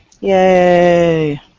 Yay